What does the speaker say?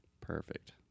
Perfect